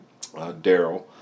Daryl